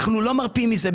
אנחנו לא מרפים מזה,